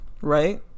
right